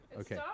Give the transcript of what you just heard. Okay